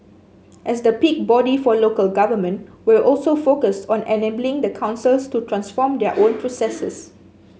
as the peak body for local government we're also focused on enabling the councils to transform their own processes